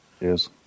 Yes